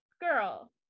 Girl